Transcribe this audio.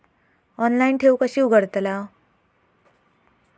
Online ठेव कशी उघडतलाव?